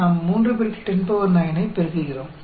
நாம் 3 109 ஐ பெருக்குகிறோம்